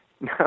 No